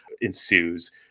ensues